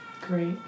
Great